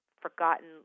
forgotten